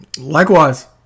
Likewise